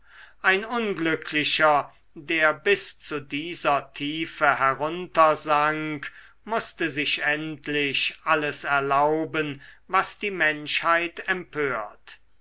ein unglücklicher der bis zu dieser tiefe heruntersank mußte sich endlich alles erlauben was die menschheit empört